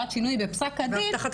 או עד שינוי בפסק הדין,